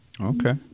Okay